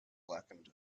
blackened